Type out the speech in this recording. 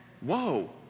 Whoa